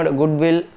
goodwill